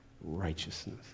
righteousness